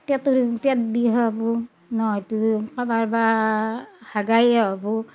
পেটোৰ পেট বিহাবো নহয়তো কা'ৰোবাৰ বা হাগায়ে হ'ব